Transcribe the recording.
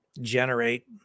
generate